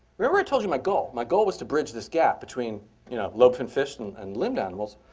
remember i told you my goal. my goal was to bridge this gap between you know lobe finned fish and and limbed animals.